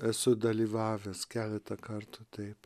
esu dalyvavęs keletą kartų taip